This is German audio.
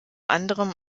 anderem